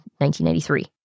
1993